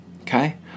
okay